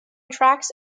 tracks